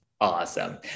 Awesome